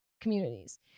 communities